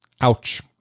Ouch